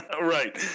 Right